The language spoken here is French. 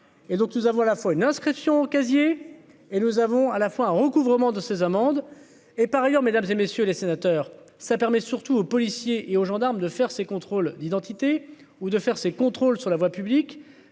et donc nous avons à la fois une inscription au casier et nous avons à la fois un recouvrement de ces amendes et, par ailleurs, mesdames et messieurs les sénateurs. ça permet surtout aux policiers et aux gendarmes de faire ces contrôles d'identité ou de faire ces contrôles sur la voie publique,